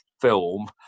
film